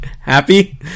happy